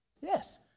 Yes